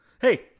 Hey